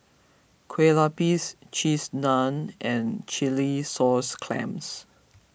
Kueh Lupis Cheese Naan and Chilli Sauce Clams